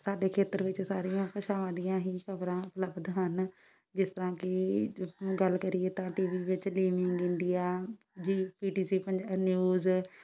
ਸਾਡੇ ਖੇਤਰ ਵਿੱਚ ਸਾਰੀਆਂ ਭਾਸ਼ਾਵਾਂ ਦੀਆਂ ਹੀ ਖਬਰਾਂ ਉਪਲਬਧ ਹਨ ਜਿਸ ਤਰਾਂ ਕਿ ਗੱਲ ਕਰੀਏ ਤਾਂ ਟੀ ਵੀ ਵਿੱਚ living India Zee P T C ਪੰਜਾ ਪੀ ਟੀ ਸੀ ਨਿਊਜ਼